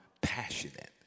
passionate